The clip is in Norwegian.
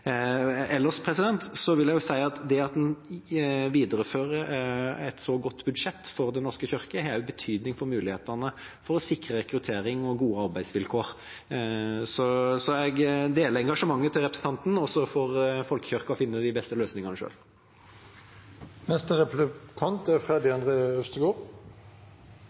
Ellers vil jeg si at det at en viderefører et så godt budsjett for Den norske kirke, har betydning for mulighetene til å sikre rekruttering og gode arbeidsvilkår. Jeg deler engasjementet til representanten, og så får folkekirken finne de beste løsningene